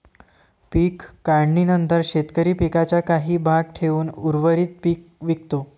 पीक काढणीनंतर शेतकरी पिकाचा काही भाग ठेवून उर्वरित पीक विकतो